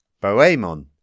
Bohemond